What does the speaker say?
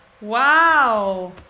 Wow